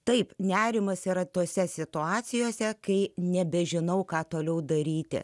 taip nerimas yra tose situacijose kai nebežinau ką toliau daryti